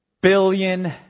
billion